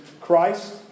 Christ